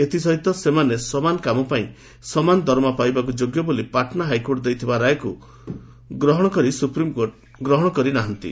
ଏଥି ସହିତ ସେମାନେ ସମାନ କାମ ପାଇଁ ସମାନ ଦଦରମା ପାଇବାକୁ ଯୋଗ୍ୟ ବୋଲି ପାଟନା ହାଇକୋର୍ଟ ଦେଇଥିବା ରାୟକୁ ଗ୍ରହଣ ସୁପ୍ରିମ୍କୋର୍ଟ କରି ନାହାନ୍ତି